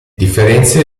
differenze